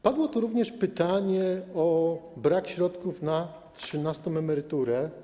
Padło również pytanie o brak środków na trzynastą emeryturę.